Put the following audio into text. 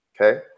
okay